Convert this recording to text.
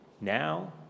now